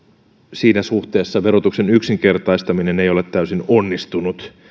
siinä suhteessa verotuksen yksinkertaistaminen ei ole täysin onnistunut